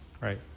right